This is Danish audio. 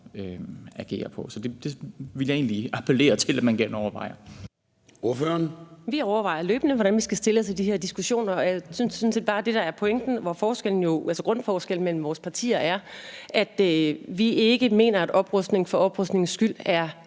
agere på, så det vil jeg egentlig appellere til at man genovervejer.